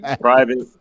Private